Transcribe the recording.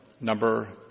number